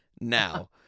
Now